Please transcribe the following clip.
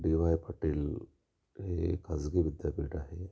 D Y Patil हे खाजगी विद्यापीठ आहे